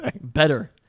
Better